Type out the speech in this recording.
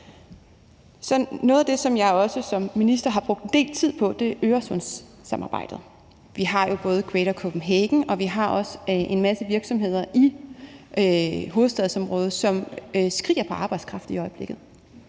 Noget af det, som jeg også som minister har brugt en del tid på, er Øresundssamarbejdet. Vi har jo både Greater Copenhagen, og vi har også en masse virksomheder i hovedstadsområdet, som skriger på arbejdskraft i øjeblikket.